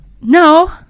No